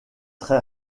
très